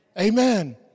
Amen